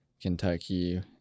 Kentucky